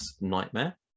nightmare